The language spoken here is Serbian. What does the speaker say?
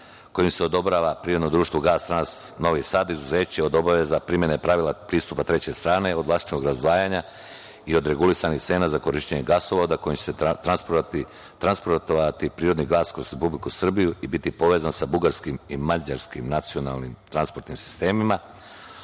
kojim se odobrava privrednom društvu GASTRANS Novi Sad, izuzeće od obaveza primene pravila pristupa treće strane od vlasničkog razdvajanja i od regulisanih cena za korišćenje gasovoda kojim će se transportovati prirodni gas kroz Republiku Srbiju i biti povezan sa bugarskim i mađarskim nacionalnim transportnim sistemima.